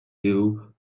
you